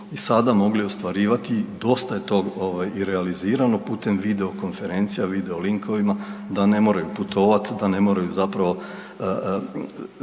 i sada mogli ostvarivati, dosta je tog i realizirano putem video konferencija video likovima, da ne moraju putovati, da ne moraju zapravo